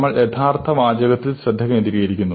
നമ്മൾ യഥാർത്ഥ വാചകത്തിൽ ശ്രദ്ധ കേന്ദ്രീകരിച്ചിരിക്കുന്നു